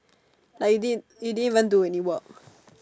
like you didn't didn't even do any work